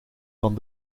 van